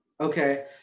okay